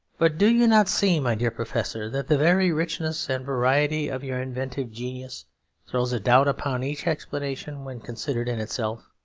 but do you not see, my dear professor, that the very richness and variety of your inventive genius throws a doubt upon each explanation when considered in itself?